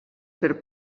per